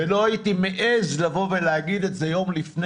ולא הייתי מעז לבוא ולהגיד את זה יום לפני